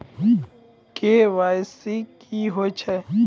KYC की होय छै?